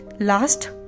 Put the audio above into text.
last